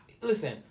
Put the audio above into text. Listen